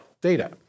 data